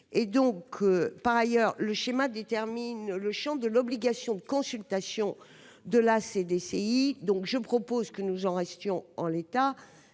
Par ailleurs, le schéma détermine le champ de l'obligation de consultation de la CDCI. Je propose que le droit reste en l'état.